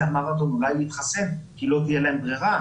המרתון אולי להתחסן כי לא תהיה להם ברירה,